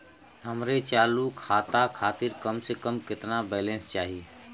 हमरे चालू खाता खातिर कम से कम केतना बैलैंस चाही?